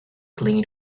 clean